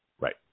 Right